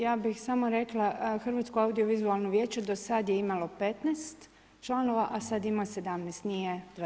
Ja bih samo rekla Hrvatsko audiovizualno vijeće do sad je imalo 15 članova, a sad ima 17, nije 20ak.